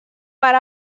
per